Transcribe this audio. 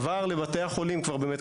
הוא עבר לבתי החולים כבר באמת,